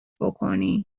بکنی